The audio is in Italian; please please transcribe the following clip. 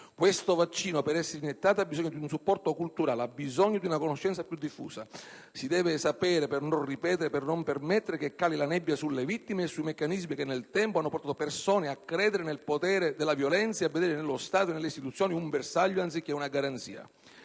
Questo vaccino, per essere iniettato, ha bisogno di un supporto culturale, ha bisogno di una conoscenza più diffusa. Si deve sapere per non ripetere, per non permettere che cali la nebbia sulle vittime e sui meccanismi che, nel tempo, hanno portato persone a credere nel potere della violenza e a vedere nello Stato e nelle istituzioni un bersaglio anziché una garanzia.